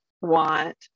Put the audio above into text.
want